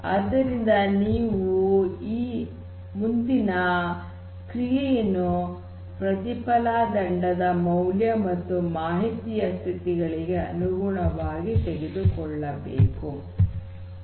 ಆದ್ದರಿಂದ ನೀವು ಮುಂದಿನ ಕ್ರಿಯೆಯನ್ನು ಪ್ರತಿಫಲ ದಂಡದ ಮೌಲ್ಯ ಮತ್ತು ಮಾಹಿತಿಯ ಸ್ಥಿತಿಗಳಿಗೆ ಅನುಗುಣವಾಗಿ ತೆಗೆದುಕೊಳ್ಳಬೇಕು